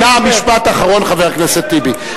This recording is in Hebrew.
נא משפט אחרון, חבר הכנסת טיבי.